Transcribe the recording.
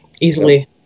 easily